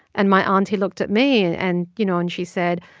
and my auntie looked at me, and and, you know, and she said,